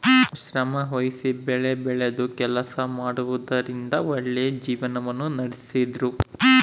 ಶ್ರಮವಹಿಸಿ ಬೆಳೆಬೆಳೆದು ಕೆಲಸ ಮಾಡುವುದರಿಂದ ಒಳ್ಳೆಯ ಜೀವನವನ್ನ ನಡಿಸ್ತಿದ್ರು